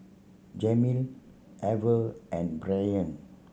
Jameel Ever and Brynn